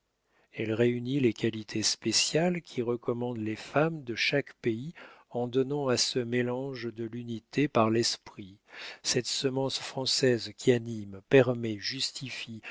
elle réunit les qualités spéciales qui recommandent les femmes de chaque pays en donnant à ce mélange de l'unité par l'esprit cette semence française qui anime permet